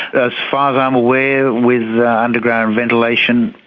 as far as i'm aware with underground ventilation,